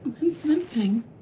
limping